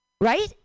right